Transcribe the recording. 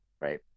right